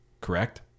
Correct